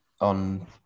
on